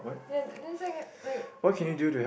ya and then it's like like